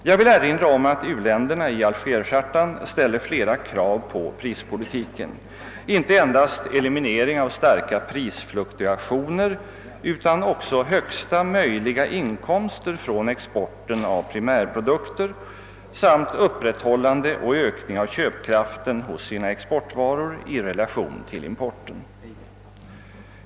Jag vill erinra om att u-länderna i Alger-chartan ställer flera krav på prispolitiken, inte endast på eliminering av starka prisfluktuationer utan också på högsta möjliga inkomster från exporten av primärprodukter samt på upprätthållande och ökning av köpkraften hos sina exportvaror i relation till sina importvaror.